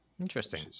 Interesting